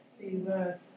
Jesus